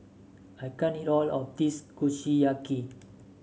I can't eat all of this Kushiyaki